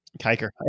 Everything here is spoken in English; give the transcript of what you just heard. Kiker